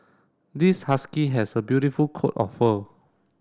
this husky has a beautiful coat of fur